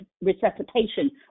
resuscitation